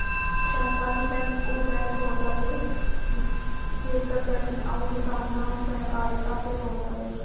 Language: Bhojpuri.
सहकारी बैंक उ बैंक होत हवे जेकर गठन अउरी कामधाम सहकारिता पे होत हवे